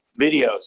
videos